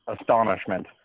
astonishment